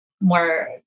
more